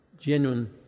genuine